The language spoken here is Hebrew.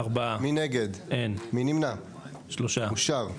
4 נמנעים 3 אושר.